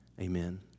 amen